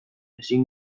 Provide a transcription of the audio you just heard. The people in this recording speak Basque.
ezin